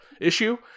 issue